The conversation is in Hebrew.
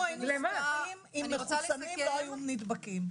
אנחנו היינו שמחים אם מחוסנים לא היו נדבקים.